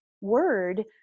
word